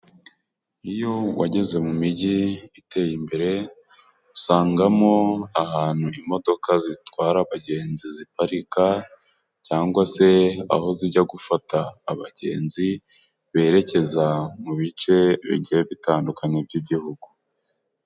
Iyo wageze mu migi iteye imbere usangamo ahantu imodoka zitwara abagenzi ziparika, cyangwa se aho zijya gufata abagenzi berekeza mu bice bigiye bitandukanye by'igihugu.